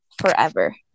forever